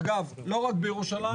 אגב, לא רק בירושלים.